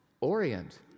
Orient